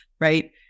right